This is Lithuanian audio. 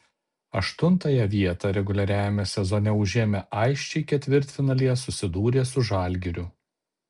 aštuntąją vietą reguliariajame sezone užėmę aisčiai ketvirtfinalyje susidūrė su žalgiriu